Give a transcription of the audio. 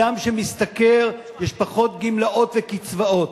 אדם שמשתכר, יש פחות גמלאות וקצבאות.